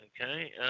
okay